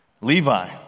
Levi